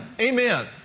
Amen